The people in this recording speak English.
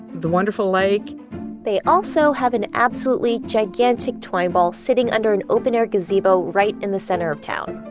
the wonderful lake they also have an absolutely gigantic twine ball sitting under an open-air gazebo right in the center of town.